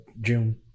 June